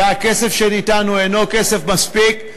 והכסף שניתן אינו כסף מספיק,